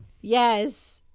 Yes